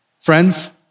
Friends